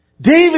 David